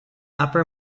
upper